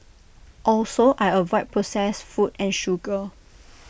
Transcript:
also I avoid processed food and sugar